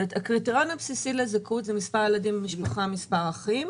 הקריטריון הבסיסי לזכאות זה מספר הילדים במשפחה (מספר האחים),